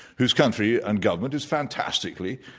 whose country and government is fantastically,